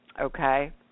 okay